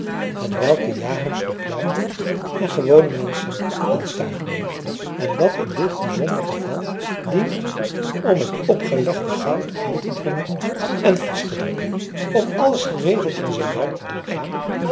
hetwelk jagers de pluim en gewone menschen den staart noemen en dat in dit bijzonder geval dient om het opgelegde goud aan te dringen en vast te drukken om alles geregeld in zijn werk te doen gaan